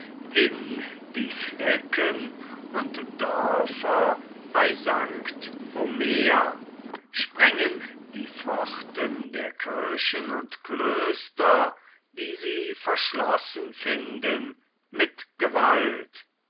in die flecken und dörfer bei st omer sprengen die pforten der kirchen und klöster die sie verschlossen finden mit gewalt